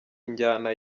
injyana